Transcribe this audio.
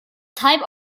type